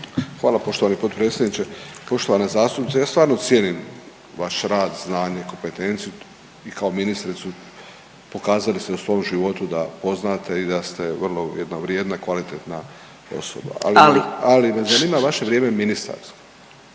Hvala poštovani potpredsjedniče. Poštovana zastupnice ja stvarno cijenim vaš rad, znanje, kompetenciju i kao ministricu pokazali ste u svom životu da poznate i da se vrlo jedna vrijedna, kvalitetna osoba …/Upadica: Ali./… ali me zanima vaše vrijeme ministarsko,